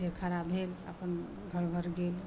जे खड़ा भेल अपन घर घर गेल